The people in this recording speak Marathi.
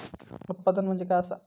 उत्पादन म्हणजे काय असा?